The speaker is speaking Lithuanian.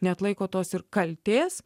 neatlaiko tos ir kaltės